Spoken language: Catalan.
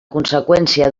conseqüència